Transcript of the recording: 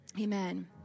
Amen